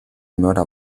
mörder